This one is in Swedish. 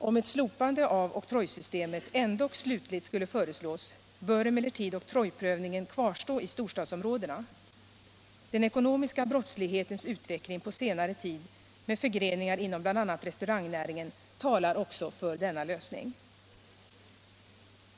Om ett slopande av oktrojsystemet ändock slutligt skulle föreslås bör emellertid oktrojprövningen kvarstå i storstadsområdena. Den ekonomiska brottslighetens utveckling på senare tid med förgreningar inom bl.a. restaurangnäringen talar också för denna lösning.